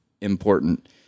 important